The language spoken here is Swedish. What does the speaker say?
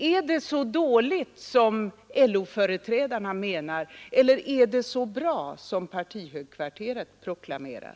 Är det så dåligt som LO-företrädarna menar eller är det så bra som partihögkvarteret proklamerar?